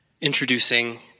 Introducing